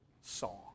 song